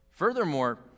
Furthermore